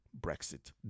Brexit